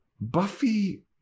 Buffy